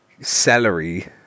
celery